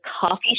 coffee